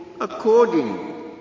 according